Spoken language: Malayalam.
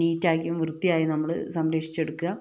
നീറ്റാക്കി വൃത്തിയായും നമ്മള് സംരക്ഷിച്ചെടുക്കുക